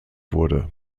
wurde